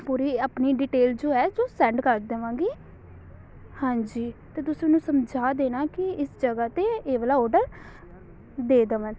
ਪੂਰੀ ਆਪਣੀ ਡਿਟੇਲ ਜੋ ਹੈ ਜੋ ਸੈਂਡ ਕਰ ਦੇਵਾਂਗੀ ਹਾਂਜੀ ਅਤੇ ਤੁਸੀਂ ਉਹਨੂੰ ਸਮਝਾ ਦੇਣਾ ਕਿ ਇਸ ਜਗ੍ਹਾ 'ਤੇ ਇਹ ਵਾਲਾ ਔਡਰ ਦੇ ਦੇਵਣ